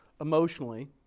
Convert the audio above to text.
emotionally